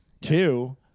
Two